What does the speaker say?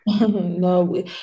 no